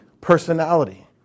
personality